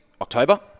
October